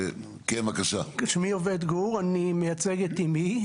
אני מייצג את אימי.